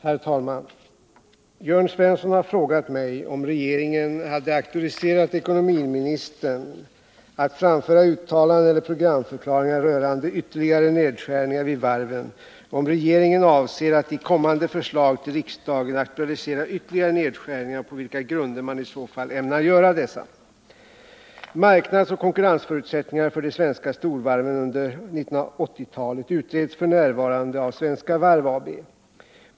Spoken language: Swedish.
Herr talman! Jörn Svensson har frågat mig om regeringen hade auktoriserat ekonomiministern att framföra uttalanden eller programförklaringar rörande ytterligare nedskärningar vid varven och om regeringen avser att i kommande förslag till riksdagen aktualisera ytterligare nedskärningar och på vilka grunder man i så fall ämnar göra dessa. Marknadsoch konkurrensförutsättningarna för de svenska storvarven under 1980-talet utreds f. n. av Svenska Varv AB.